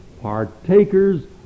partakers